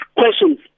questions